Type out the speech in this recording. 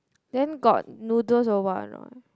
then got noodles or what a not